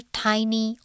tiny